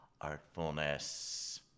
artfulness